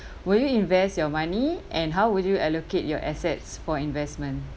will you invest your money and how would you allocate your assets for investment